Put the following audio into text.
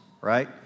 right